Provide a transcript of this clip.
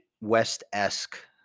west-esque